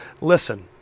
listen